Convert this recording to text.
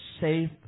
safe